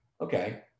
okay